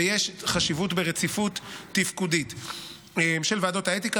ויש חשיבות ברציפות התפקודית של ועדות האתיקה